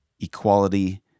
equality